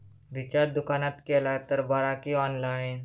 Recharge दुकानात केला तर बरा की ऑनलाइन?